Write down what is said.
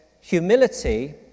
humility